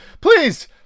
please